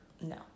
No